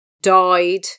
Died